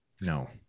No